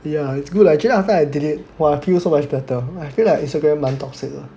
yeah it's good actually after I delete !wah! I feel so much better I feel like Instagram 蛮 toxic lah